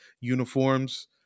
uniforms